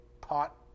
pot